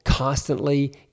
constantly